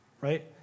right